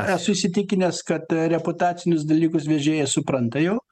esu įsitikinęs kad reputacinius dalykus vežėjai supranta jau